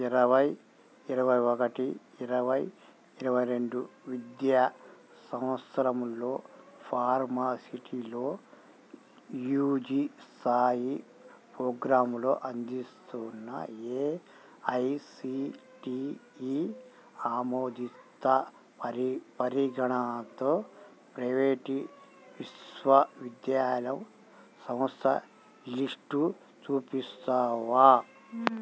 ఇరవై ఇరవై ఒకటి ఇరవై ఇరవై రెండు విద్యా సంవత్సరంలో ఫార్మాసిటీలో యూజీ స్థాయి పోగ్రాములో అందిస్తున్న ఏఐసిటిఈ ఆమోదిత పరి పరిగణతో ప్రైవేటీ విశ్వ విద్యాలం సమస్థ లిస్టు చూపిస్తావా